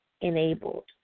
enabled